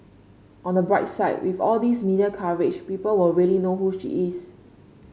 on the bright side with all these media coverage people will really know who she is